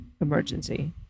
emergency